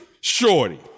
Shorty